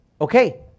Okay